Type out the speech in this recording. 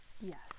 Yes